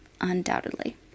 Undoubtedly